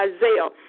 Isaiah